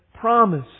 promise